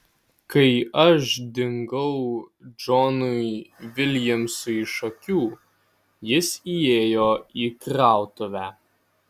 kai aš dingau džonui viljamsui iš akių jis įėjo į krautuvę